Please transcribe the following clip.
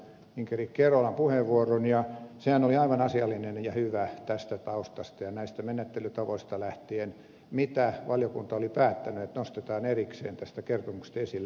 inkeri kerolan puheenvuoron ja sehän oli aivan asiallinen ja hyvä lähtien tästä taustasta ja näistä menettelytavoista mitä valiokunta oli päättänyt että nostetaan erikseen tästä kertomuksesta esille